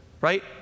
right